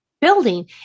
building